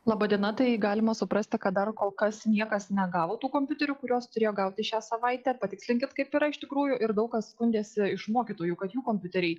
laba diena tai galima suprasti kad dar kol kas niekas negavo tų kompiuterių kuriuos turėjo gauti šią savaitę patikslinkit kaip yra iš tikrųjų ir daug kas skundėsi iš mokytojų kad jų kompiuteriai